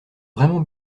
vraiment